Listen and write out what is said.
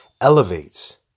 elevates